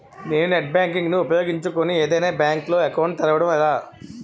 నేను net banking ను ఉపయోగించుకుని ఏదైనా బ్యాంక్ లో అకౌంట్ తెరవడం ఎలా?